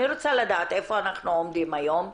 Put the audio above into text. אני רוצה לדעת איפה אנחנו עומדים היום,